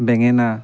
বেঙেনা